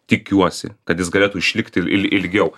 tikiuosi kad jis galėtų išlikti il ilgiau